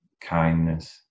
kindness